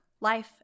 life